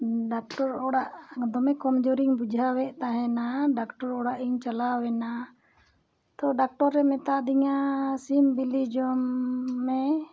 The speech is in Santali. ᱰᱟᱠᱴᱚᱨ ᱚᱲᱟᱜ ᱫᱚᱢᱮ ᱠᱚᱢ ᱡᱳᱨᱤᱧ ᱵᱩᱡᱷᱟᱹᱣᱮᱫ ᱛᱟᱦᱮᱱᱟ ᱰᱟᱠᱴᱚᱨ ᱚᱲᱟᱜ ᱤᱧ ᱪᱟᱞᱟᱣᱮᱱᱟ ᱛᱚ ᱰᱟᱠᱴᱚᱨᱮ ᱢᱮᱛᱟᱫᱤᱧᱟᱹ ᱥᱤᱢ ᱵᱤᱞᱤ ᱡᱚᱢ ᱢᱮ